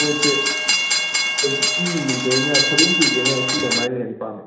ꯋꯦꯠꯁꯦ ꯁꯕꯦꯟꯇꯤꯗꯒꯤꯅ ꯑꯩꯠꯇꯤ ꯑꯃꯥꯏꯅ ꯂꯩꯔꯗꯤ ꯄꯥꯝꯃꯦ